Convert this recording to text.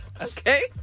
Okay